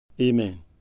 Amen